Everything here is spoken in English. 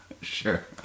Sure